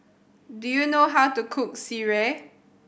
do you know how to cook Sireh